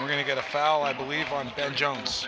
we're going to get a foul i believe on ben jones